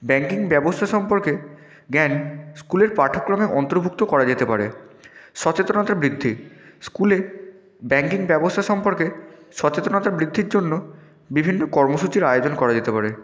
banking ব্যবস্থা সম্পর্কে জ্ঞান স্কুলের পাঠ্যক্রমে অন্তর্ভুক্ত করা যেতে পারে সচেতনতা বৃদ্ধি স্কুলে ব্যাংকিং ব্যবস্থা সম্পর্কে সচেতনতা বৃদ্ধির জন্য বিভিন্ন কর্মসূচির আয়োজন করা যেতে পারে